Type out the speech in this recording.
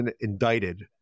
indicted